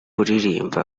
kuririmba